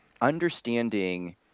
understanding –